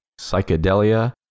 psychedelia